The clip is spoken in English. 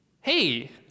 Hey